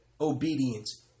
obedience